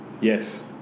Yes